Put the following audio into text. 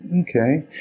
okay